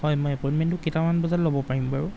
হয় মই এপইণ্টমেণ্টো কেইটামান বজাত ল'ব পাৰিম বাৰু